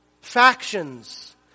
Factions